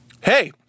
Hey